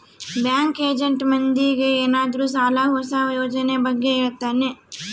bank agent ಮಂದಿಗೆ ಏನಾದ್ರೂ ಸಾಲ ಹೊಸ ಯೋಜನೆ ಬಗ್ಗೆ ಹೇಳ್ತಾನೆ